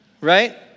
Right